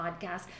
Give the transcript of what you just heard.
podcast